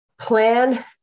plan